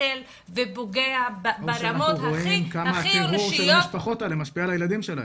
מחלחל ופוגע ברמות הכי אנושיות.